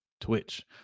Twitch